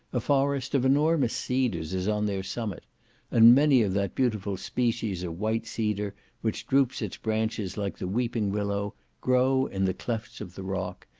a forest of enormous cedars is on their summit and many of that beautiful species of white cedar which droops its branches like the weeping-willow grow in the clefts of the rock,